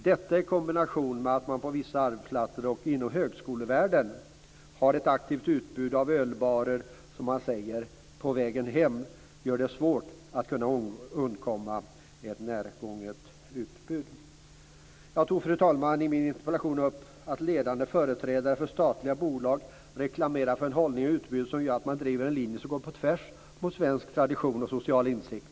Detta i kombination med att man på vissa arbetsplatser och inom högskolevärlden har ett aktivt utbud av ölbarer "på vägen hem" som gör det svårt att undkomma ett närgånget utbud. Fru talman! I min interpellation berör jag att ledande företrädare för statliga bolag gör reklam för en hållning och ett utbud som är av det slaget att man driver en linje som går på tvärs med svensk tradition och social insikt.